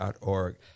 .org